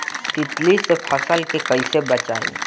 तितली से फसल के कइसे बचाई?